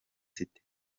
city